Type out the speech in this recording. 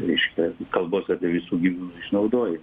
reiškia kalbos apie visų gyvūnų išnaudoji